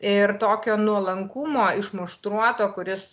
ir tokio nuolankumo išmuštruoto kuris